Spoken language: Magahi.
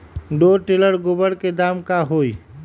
दो टेलर गोबर के दाम का होई?